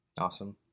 Awesome